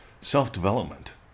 self-development